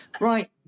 right